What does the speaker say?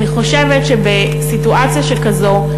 אני חושבת שבסיטואציה שכזאת,